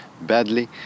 badly